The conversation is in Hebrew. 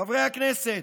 חברי הכנסת,